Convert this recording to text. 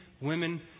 women